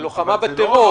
ללוחמה בטרור.